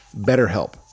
BetterHelp